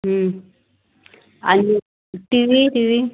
आणि T V T we